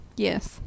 Yes